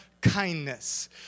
kindness